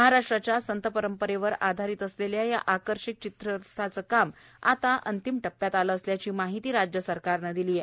महाराष्ट्राच्या संत परंपरेवर आधारित असलेल्या या आकर्षक चित्ररथाचं काम आता अंतिम टप्प्यात आलं असल्याची माहिती राज्य सरकारनं दिली आहे